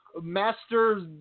Master